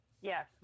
Yes